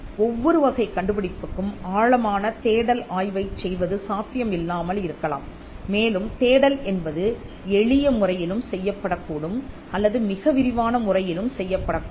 ஒவ்வொரு வகை கண்டுபிடிப்புக்கும் ஆழமான தேடல் ஆய்வைச் செய்வது சாத்தியம் இல்லாமல் இருக்கலாம் மேலும் தேடல் என்பது எளிய முறையிலும் செய்யப்படக் கூடும் அல்லது மிக விரிவான முறையிலும் செய்யப்படக் கூடும்